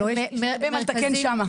יש הרבה מה לתקן שם.